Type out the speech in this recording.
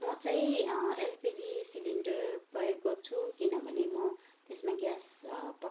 म चाहिँ LPG cylinder प्रयोग गर्छु किनभने म त्यसमा ग्यास पक्